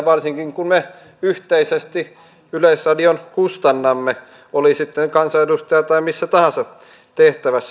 varsinkin kun me yhteisesti yleisradion kustannamme oli sitten kansanedustaja tai missä tahansa tehtävässä